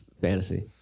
Fantasy